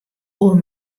oer